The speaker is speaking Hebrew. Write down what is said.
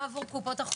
גם עבור קופות החולים,